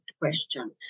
question